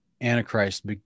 Antichrist